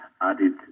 added